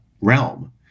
realm